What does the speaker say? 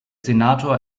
senator